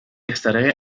estará